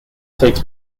takes